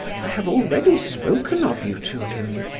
i have already spoken of you to him.